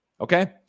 okay